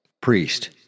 Priest